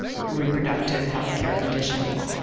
reproductive health care conditions.